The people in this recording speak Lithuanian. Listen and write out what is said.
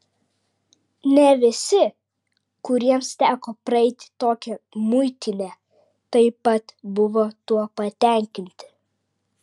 ne visi kuriems teko praeiti tokią muitinę taip pat buvo tuo patenkinti